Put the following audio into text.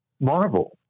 Marvel